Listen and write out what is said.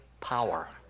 power